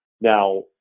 Now